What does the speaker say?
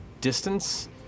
distance